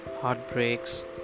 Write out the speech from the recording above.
heartbreaks